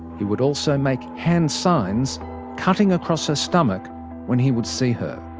he would also make hand signs cutting across her stomach when he would see her.